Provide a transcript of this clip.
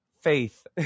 Faith